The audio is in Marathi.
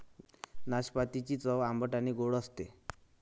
नाशपातीची चव आंबट आणि गोड असते